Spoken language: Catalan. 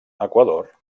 equador